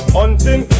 Hunting